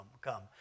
come